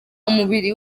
umubiri